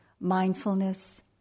mindfulness